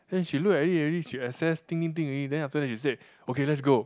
then she look at it already she assess think think think already then after that she say okay let's go